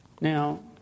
Now